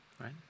Right